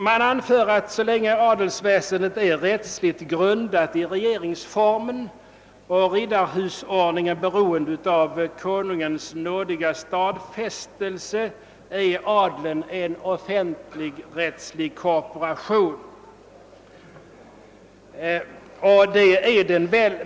Man anför att så länge adelsväsendet är rättsligen grundat i regeringsformen och så länge riddarhusordningen är beroende av »Konungens nådiga stadfästelse» är adeln en offentligrättslig korporation, och det är den väl.